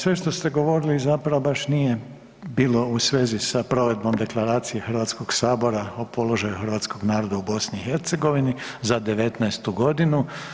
Sve što ste govorili zapravo baš nije bilo u svezi sa provedbom Deklaracije Hrvatskog sabora o položaju Hrvatskog naroda u BiH za 2019. godinu.